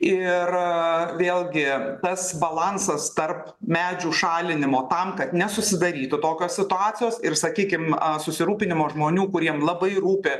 ir vėlgi tas balansas tarp medžių šalinimo tam kad nesusidarytų tokios situacijos ir sakykim susirūpinimo žmonių kuriem labai rūpi